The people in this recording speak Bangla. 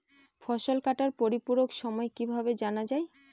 ফসল কাটার পরিপূরক সময় কিভাবে জানা যায়?